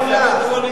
מה חמלה?